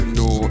no